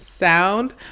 Sound